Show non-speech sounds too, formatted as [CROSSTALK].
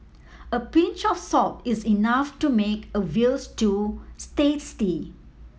a pinch of salt is enough to make a veal stew [UNINTELLIGIBLE] tasty